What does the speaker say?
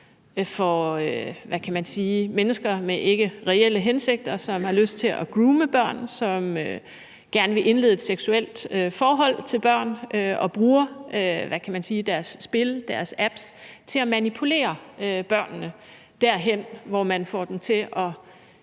for mennesker med ikkereelle hensigter, som har lyst til at groome børn, og som gerne vil indlede et seksuelt forhold til børn og bruger deres spil og deres apps til at manipulere dem derhen, hvor man får dem til at